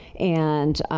and,